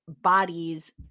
bodies